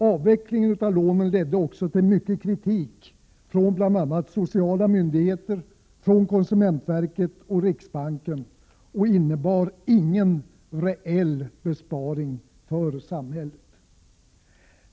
Avvecklingen av lånen ledde också till mycken kritik från bl.a. sociala myndigheter, från konsumentverket och riksbanken och innebar ingen reell besparing för samhället.